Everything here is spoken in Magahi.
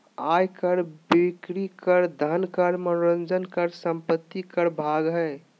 आय कर, बिक्री कर, धन कर, मनोरंजन कर, संपत्ति कर भाग हइ